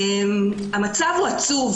המצב הוא עצוב,